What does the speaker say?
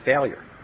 failure